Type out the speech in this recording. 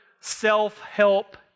self-help